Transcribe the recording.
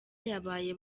yabaye